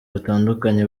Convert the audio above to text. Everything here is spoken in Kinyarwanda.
batandukanye